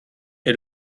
est